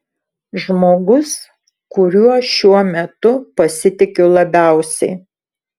žmogus kuriuo šiuo metu pasitikiu labiausiai